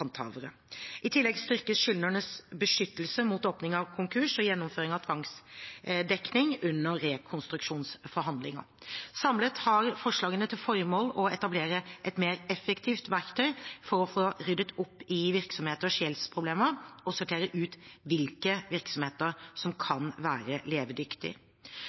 I tillegg styrkes skyldnernes beskyttelse mot åpning av konkurs og gjennomføring av tvangsdekning under rekonstruksjonsforhandlinger. Samlet har forslagene til formål å etablere et mer effektivt verktøy for å få ryddet opp i virksomheters gjeldsproblemer og sortere ut hvilke virksomheter som kan være